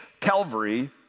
Calvary